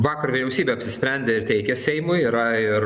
vakar vyriausybė apsisprendė ir teikė seimui yra ir